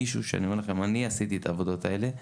אומר לכם כמישהו שאני עצמי עשיתי את העבודות האלה.